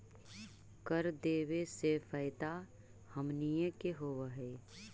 कर देबे से फैदा हमनीय के होब हई